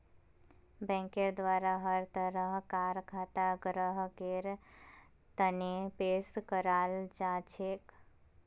बैंकेर द्वारा हर तरह कार खाता ग्राहकेर तने पेश कराल जाछेक